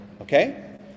Okay